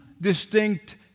distinct